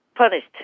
Punished